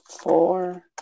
four